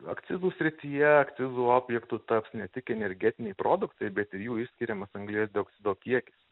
akcizų srityje akcizų objektu taps ne tik energetiniai produktai bet ir jų išskiriamas anglies dioksido kiekis